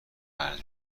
قرض